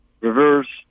reverse